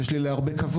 שיש לי אליה הרבה כבוד,